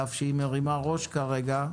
על אף שהיא מרימה ראש כרגע,